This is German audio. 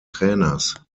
trainers